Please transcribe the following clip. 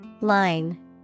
Line